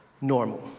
normal